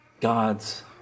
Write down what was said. God's